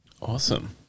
Awesome